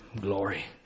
Glory